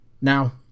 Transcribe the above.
Now